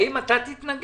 האם אתה תתנגד?